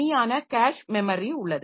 தனியான cache memory உள்ளது